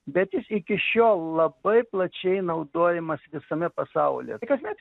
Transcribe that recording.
bet jis iki šiol labai plačiai naudojamas visame pasaulyje kasmet